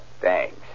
Thanks